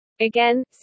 Again